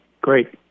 Great